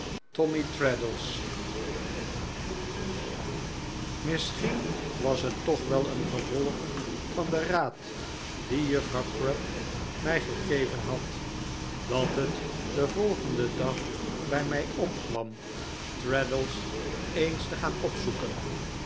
tommy traddles misschien was het toch wel een gevolg van den raad dien juffrouw crupp mij gegegeven had dat het den volgenden dag bij mij opkwam traddles eens te gaan op